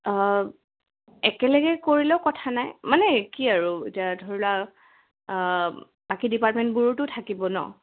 একেলগে কৰিলেও কথা নাই মানে কি আৰু এতিয়া ধৰিলোৱা বাকী ডিপাৰ্টমেণ্টবোৰোতো থাকিব নহ্